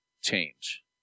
change